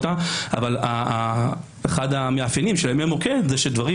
אבל אחד המאפיינים של ימי מוקד זה שדברים